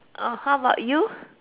oh how about you